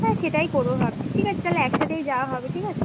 হ্যাঁ সেটাই করব ভাবছি ঠিক আছে তাহলে একসাথেই যাওয়া হবে ঠিক আছে